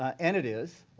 um and it is,